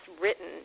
written